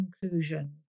conclusion